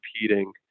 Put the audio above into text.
competing